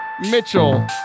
Mitchell